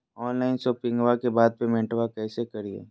Online शोपिंग्बा के बाद पेमेंटबा कैसे करीय?